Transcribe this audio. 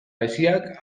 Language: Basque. geziak